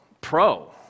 pro